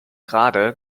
grade